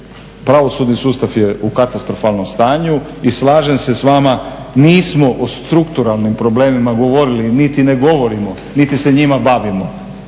pravosudni sustav je u katastrofalnom stanju i slažem se s vama nismo o strukturalnim problemima govorili, niti ne govorimo, niti se njima bavimo,